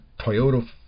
Toyota